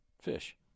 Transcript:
fish